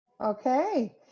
Okay